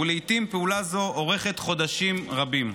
ולעיתים פעולה זו אורכת חודשים רבים.